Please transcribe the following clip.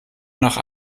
nach